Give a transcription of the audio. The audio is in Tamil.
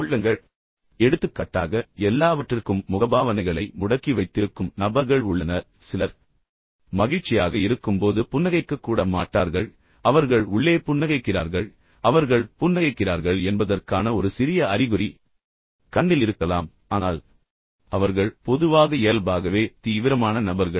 எனவே எடுத்துக்காட்டாக எல்லாவற்றிற்கும் முகபாவனைகளை முடக்கி வைத்திருக்கும் நபர்கள் உள்ளனர் சிலர் மகிழ்ச்சியாக இருக்கும்போது புன்னகைக்கக் கூட மாட்டார்கள் அவர்கள் உள்ளே புன்னகைக்கிறார்கள் அவர்கள் புன்னகைக்கிறார்கள் என்பதற்கான ஒரு சிறிய அறிகுறி கண்ணில் இருக்கலாம் ஆனால் அவர்கள் பொதுவாக இயல்பாகவே தீவிரமான நபர்கள்